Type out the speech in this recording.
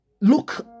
look